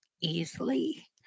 easily